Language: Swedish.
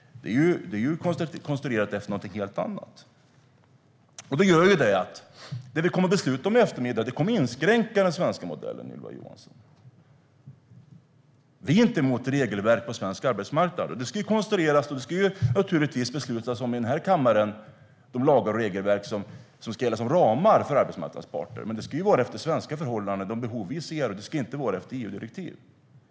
Det är ju konstruerat efter någonting helt annat. Det gör att det vi kommer att besluta om i eftermiddag kommer att inskränka den svenska modellen, Ylva Johansson. Vi är inte mot regelverk på svensk arbetsmarknad. Det ska naturligtvis beslutas i den här kammaren om de lagar och regelverk som ska gälla som ramar för arbetsmarknadens parter, men det ska ju vara efter svenska förhållanden och de behov vi ser. Det ska inte vara efter EU-direktiv.